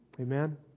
Amen